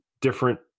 different